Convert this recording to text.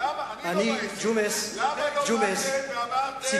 למה לא באתם ואמרתם,